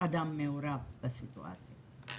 אדם מעורב בסיפור.